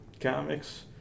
comics